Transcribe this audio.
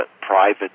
private